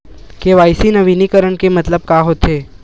KYC नवीनीकरण के मतलब का होथे?